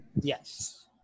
Yes